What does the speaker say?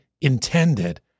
intended